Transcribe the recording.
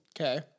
Okay